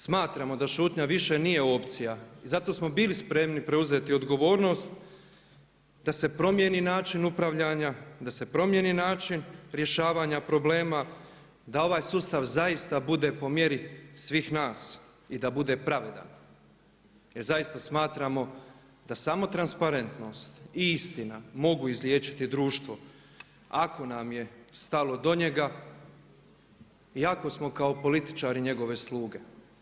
Smatramo da šutnja više nije opcija i zato smo bili spremni preuzeti odgovornost da se promijeni način upravljanja, da se promijeni način rješavanja problema, da ovaj sustav zaista bude po mjeri svih nas i da bude pravedan jer zaista smatramo da samo transparentnost i istina mogu izliječiti društvo ako nam je stalo do njega iako smo kao političari njegove sluge.